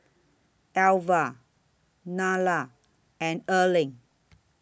Elva Nylah and Erling